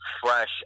fresh